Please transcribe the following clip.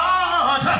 God